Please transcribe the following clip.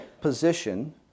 position